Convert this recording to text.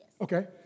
Okay